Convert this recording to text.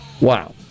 Wow